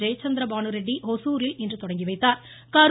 ஜெயச்சந்திர பானு ரெட்டி ஓசூரில் இன்று தொடங்கி வைத்தாா்